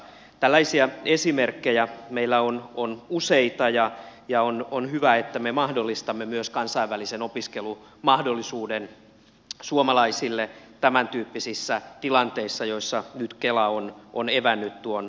tällaisia esimerkkejä meillä on useita ja on hyvä että me mahdollistamme myös kansainvälisen opiskelumahdollisuuden suomalaisille tämäntyyppisissä tilanteissa joissa nyt kela on evännyt tuon opintotukioikeuden